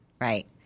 Right